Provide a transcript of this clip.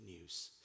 news